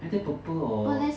either purple or